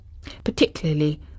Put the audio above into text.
particularly